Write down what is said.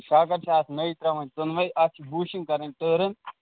شاکر چھِ اَتھ نٔے ترٛاوٕنۍ دۅنوَے اَتھ چھِ بوٗشِنٛگ کَرٕنۍ ٹٲرٕن